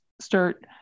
start